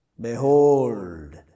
Behold